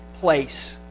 place